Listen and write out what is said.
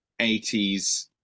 80s